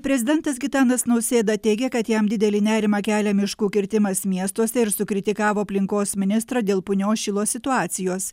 prezidentas gitanas nausėda teigia kad jam didelį nerimą kelia miškų kirtimas miestuose ir sukritikavo aplinkos ministrą dėl punios šilo situacijos